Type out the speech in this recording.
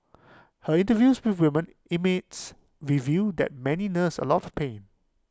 her interviews with women inmates reveal that many nurse A lot of pain